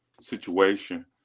situation